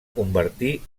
convertir